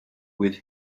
with